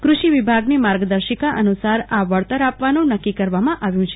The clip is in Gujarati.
કૃષિ વિભાગની માર્ગદર્શિકા અનુસાર આ વળતર આપવાનું નક્કી કરવામાં આવ્યુ છે